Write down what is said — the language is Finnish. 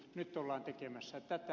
nyt ollaan tekemässä tätä